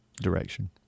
direction